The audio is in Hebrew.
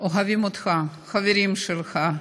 אוהבים אותך, חברים שלך,